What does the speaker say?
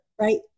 right